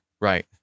Right